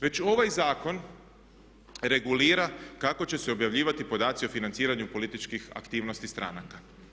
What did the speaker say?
Već ovaj zakon regulira kako će se objavljivati podaci o financiranju političkih aktivnosti stranaka.